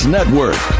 Network